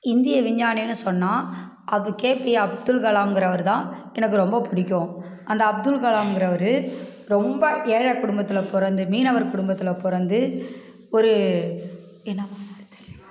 இந்திய விஞ்ஞானின்னு சொன்னால் அது கே பி அப்துல்கலாம்ங்கிறவரு தான் எனக்கு ரொம்ப பிடிக்கும் அந்த அப்துல்கலாம்ங்கிறவரு ரொம்ப ஏழை குடும்பத்தில் பிறந்து மீனவர் குடும்பத்தில் பிறந்து ஒரு என்னப் பண்ணார்னு தெரியலையே